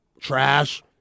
trash